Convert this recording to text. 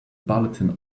bulletin